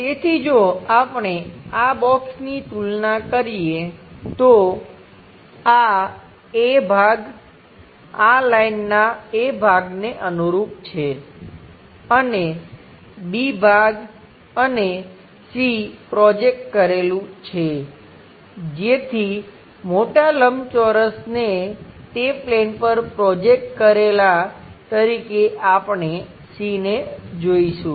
તેથી જો આપણે આ બોક્સની તુલના કરીએ તો આ A ભાગ આ લાઈનના A ભાગને અનુરૂપ છે અને B ભાગ અને C પ્રોજેક્ટ કરેલું છે જેથી મોટા લંબચોરસને તે પ્લેન પર પ્રોજેકટ કરેલાં તરીકે આપણે C ને જોઈશું